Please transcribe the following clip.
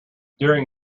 during